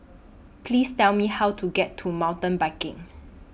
Please Tell Me How to get to Mountain Biking